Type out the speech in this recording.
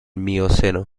mioceno